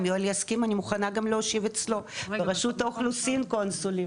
אם יואל יסכים אני מוכנה גם להושיב אצלו ברשות האוכלוסין קונסולים.